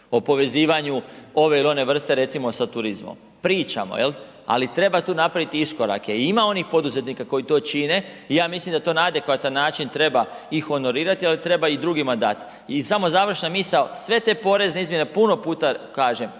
o povezivanju ove ili one vrste recimo sa turizmom, pričamo. Ali treba tu napravi iskorake. I ima onih poduzetnika koji to čine i ja mislim da to na adekvatan način treba i honorirati ali treba i drugima dati. I samo završna misao, sve te porezne izmjene, puno puta kažem,